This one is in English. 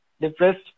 depressed